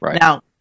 Now